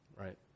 right